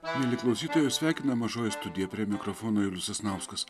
mieli klausytojai jus sveikina mažoji studija prie mikrofono julius sasnauskas